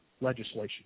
legislation